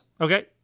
Okay